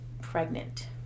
pregnant